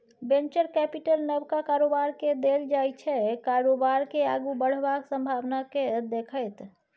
venture capital नबका कारोबारकेँ देल जाइ छै कारोबार केँ आगु बढ़बाक संभाबना केँ देखैत